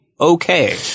okay